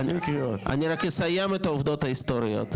--- אני רק אסיים את העובדות ההיסטוריות.